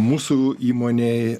mūsų įmonei